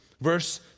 Verse